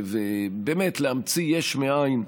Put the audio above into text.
באמת להמציא יש מאין,